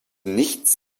nichts